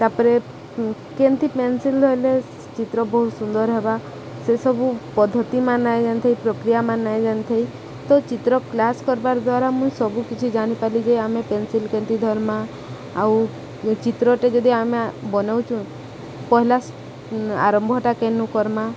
ତାପରେ କେମତି ପେନସିଲ ଧରଲେ ଚିତ୍ର ବହୁତ ସୁନ୍ଦର ହେବା ସେସବୁ ପଦ୍ଧତିମାନ ନାଇ ଯାନିଥାଇ ପ୍ରକ୍ରିୟା ମ ନାଇଁ ଯାନ୍ଥାଅ ତ ଚିତ୍ର କ୍ଲାସ୍ କରବାର୍ ଦ୍ୱାରା ମୁଇଁ ସବୁକିଛି ଜାଣିପାରିଲି ଯେ ଆମେ ପେନସିଲ କେମ୍ତି ଧରମା ଆଉ ଚିତ୍ରଟେ ଯଦି ଆମେ ବନଉଚୁ ପହିଲା ଆରମ୍ଭଟା କେନୁ କର୍ମା